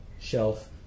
shelf